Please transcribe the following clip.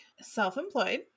self-employed